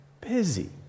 busy